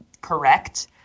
correct